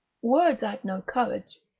words add no courage,